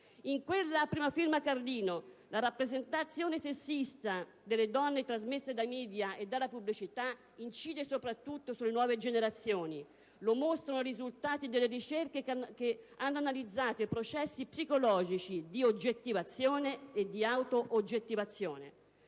In quella a prima firma Carlino, è scritto che «la rappresentazione sessista della donna trasmessa dai *media* e dalla pubblicità incide soprattutto sulle giovani generazioni. Lo mostrano i risultati delle ricerche che hanno analizzato i processi psicologici di oggettivazione e di auto-oggettivazione».